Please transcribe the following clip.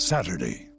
Saturday